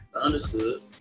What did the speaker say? Understood